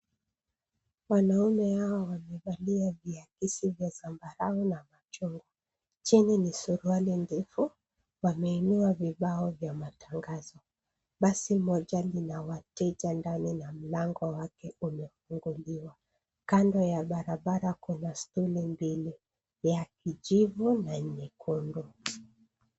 Wanaume hawa wamevalia viakisi vya zambarau na machungwa. Chini ni suruali ndefu. Wameinua vibao vya matangazo. Basi moja lina wateja ndani na mlango wake umefunguliwa. Kando ya barabara kuna stuli mbili, ya kijivu na nyekundu.